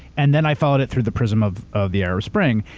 and then i followed it through the prism of of the arab spring,